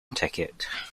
ticket